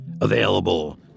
Available